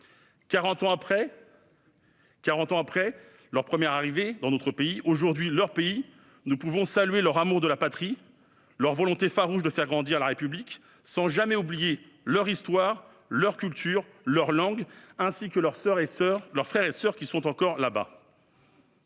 ans après les premières arrivées d'Assyro-Chaldéens dans notre pays, devenu aujourd'hui le leur, nous pouvons saluer leur amour de la patrie, leur volonté farouche de faire grandir la République sans jamais oublier leur histoire, leur culture, leur langue, ainsi que leurs frères et soeurs qui sont encore là-bas.